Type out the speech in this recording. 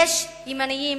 יש ימנים ושמאלנים,